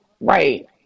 right